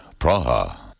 Praha